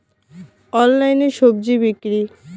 অনলাইনে স্বজি বিক্রি?